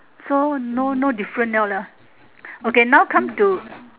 so no no different [liao] lah okay now come to